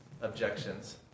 objections